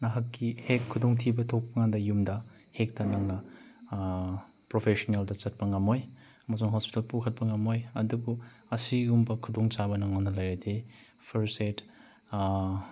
ꯅꯍꯥꯛꯀꯤ ꯍꯦꯛ ꯈꯨꯗꯣꯡꯊꯤꯕ ꯊꯣꯛꯄꯀꯥꯟꯗ ꯌꯨꯝꯗ ꯍꯦꯛꯇ ꯅꯪꯅ ꯄ꯭ꯔꯣꯐꯦꯁꯅꯦꯜꯗ ꯆꯠꯄ ꯉꯝꯃꯣꯏ ꯑꯃꯁꯨꯡ ꯍꯣꯁꯄꯤꯇꯥꯜ ꯄꯨꯈꯠꯄ ꯉꯝꯃꯣꯏ ꯑꯗꯨꯕꯨ ꯑꯁꯤꯒꯨꯝꯕ ꯈꯨꯗꯣꯡꯆꯥꯕ ꯅꯉꯣꯟꯗ ꯂꯩꯔꯗꯤ ꯐꯥꯔꯁ ꯑꯦꯠ